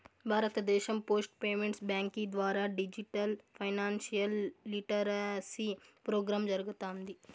భారతదేశం post payments బ్యాంకీ ద్వారా డిజిటల్ ఫైనాన్షియల్ లిటరసీ ప్రోగ్రామ్ జరగతాంది